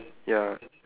ya